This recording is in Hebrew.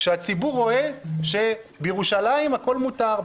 כשהציבור רואה שבירושלים הכול מותר,